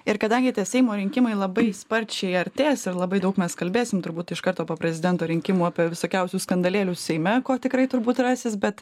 ir kadangi tie seimo rinkimai labai sparčiai artės ir labai daug mes kalbėsim turbūt iš karto po prezidento rinkimų apie visokiausius skandalėlius seime ko tikrai turbūt rasis bet